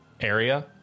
area